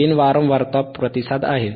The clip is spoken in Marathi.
गेन वारंवारता प्रतिसाद आहे